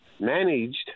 Managed